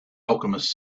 alchemist